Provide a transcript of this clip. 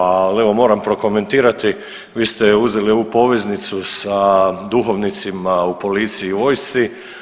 Ali evo moram prokomentirati vi ste uzeli ovu poveznicu sa duhovnicima u policiji i vojsci.